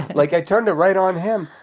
like i turned it right on him.